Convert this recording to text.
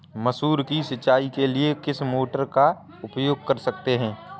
मसूर की सिंचाई के लिए किस मोटर का उपयोग कर सकते हैं?